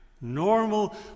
Normal